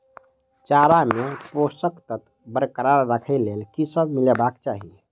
चारा मे पोसक तत्व बरकरार राखै लेल की सब मिलेबाक चाहि?